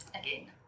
again